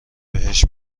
بهش